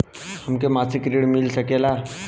हमके मासिक ऋण मिल सकेला?